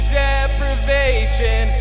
deprivation